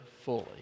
fully